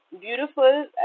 beautiful